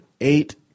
eight